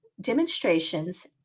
demonstrations